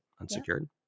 unsecured